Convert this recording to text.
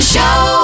Show